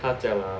他讲了